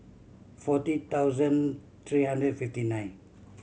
forty thousand three hundred fifty nine